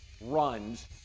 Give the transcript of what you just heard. runs